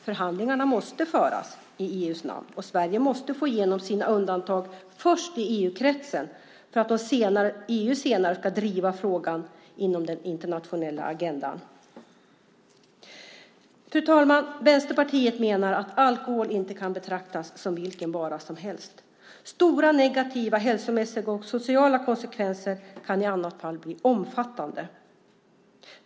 Förhandlingarna måste föras i EU:s namn, och Sverige måste först få igenom sina undantag i EU-kretsen för att EU sedan ska driva frågan inom den internationella agendan. Fru talman! Vänsterpartiet menar att alkohol inte kan betraktas som vilken vara som helst. De stora negativa hälsomässiga och sociala konsekvenser kan i annat fall bli omfattande.